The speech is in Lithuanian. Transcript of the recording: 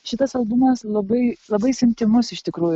šitas albumas labai labai jis intymus iš tikrųjų